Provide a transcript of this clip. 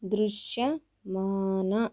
దృశ్యమాన